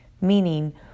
Meaning